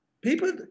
People